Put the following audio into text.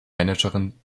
managerin